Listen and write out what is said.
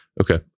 Okay